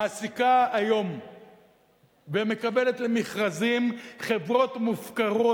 מעסיקה היום ומקבלת למכרזים חברות מופקרות,